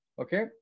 okay